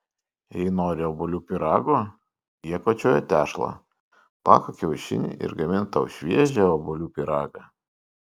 jei nori obuolių pyrago jie kočioja tešlą plaka kiaušinį ir gamina tau šviežią obuolių pyragą